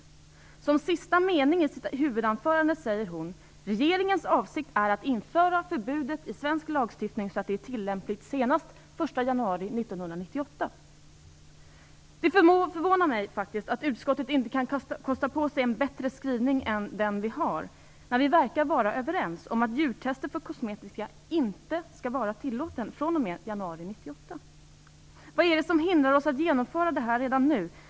Hennes sista mening i huvudanförandet lyder: "Regeringens avsikt är att införa förbudet i svensk lagstiftning så att det är tillämpligt senast den 1 januari 1998." Det förvånar mig faktiskt att utskottet inte kan kosta på sig en bättre skrivning än denna. Vi verkar ju vara överens om att djurtest av kosmetika skall vara förbjudna fr.o.m. januari 1998. Vad är det som hindrar oss att genomföra det här redan nu?